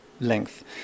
length